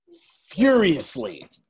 furiously